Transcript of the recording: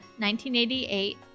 1988